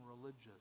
religious